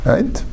Right